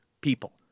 people